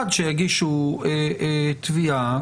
עד שיגישו תביעה,